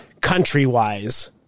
country-wise